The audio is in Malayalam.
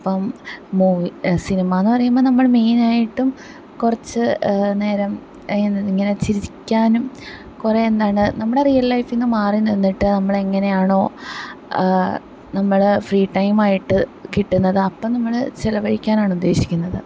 ഇപ്പം മൂവ് സിനിമായെന്ന് പറയുമ്പം നമ്മള് മെയിനായിട്ടും കുറച്ച് നേരം ഇങ്ങനെ ചിരിക്കാനും കുറെ എന്താണ് നമ്മുടെ റിയൽ ലൈഫിൽ നിന്ന് മാറി നിന്നിട്ട് നമ്മളെങ്ങനെയാണോ നമ്മള് ഫ്രീ ടൈമായിട്ട് കിട്ടുന്നത് അപ്പോൾ നമ്മള് ചെലവഴിക്കാനാണ് ഉദ്ദേശിക്കുന്നത്